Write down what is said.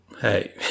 Hey